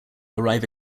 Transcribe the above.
arrive